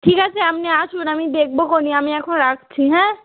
ঠিক আছে আপনি আসুন আমি দেখবোখন আমি এখন রাখছি হ্যাঁ